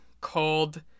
called